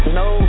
no